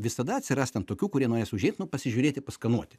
visada atsiras ten tokių kurie norės užeit nu pasižiūrėti paskanauti